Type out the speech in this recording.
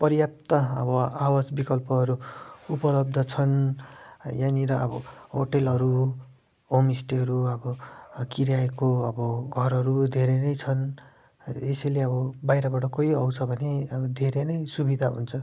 पर्याप्त अब आवास विकल्पहरू उपलब्ध छन् यहाँनिर अब होटलहरू होमस्टेहरू अब किरायको अब घरहरू धेरै नै छन् यसैले अब बाहिरबाट कोही आउँछ भने अब धेरै नै सुविधा हुन्छ